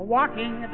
Walking